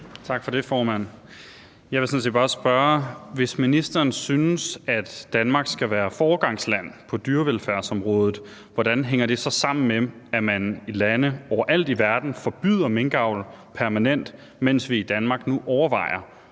og fiskeri af: Carl Valentin (SF): Hvis ministeren synes, at Danmark skal være foregangsland på dyrevelfærdsområdet, hvordan hænger det så sammen med, at man i lande overalt i verden forbyder minkavl permanent, mens vi i Danmark nu overvejer,